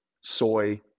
soy